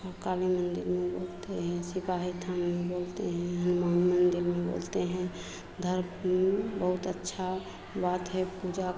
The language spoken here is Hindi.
और काली मंदिर में बोलते हैं शिकायत हम बोलते हैं हनुमान मंदिर में बोलते हैं धर बहुत अच्छा बात है पूजा